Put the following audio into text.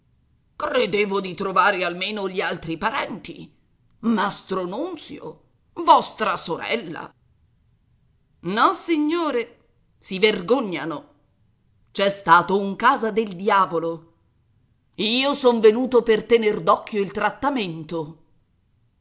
credevo di trovare almeno gli altri parenti mastro nunzio vostra sorella nossignore si vergognano c'è stato un casa del diavolo io son venuto per tener d'occhio il trattamento